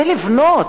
שזה לבנות.